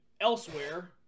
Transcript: elsewhere